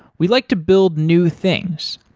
we like to build new things,